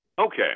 Okay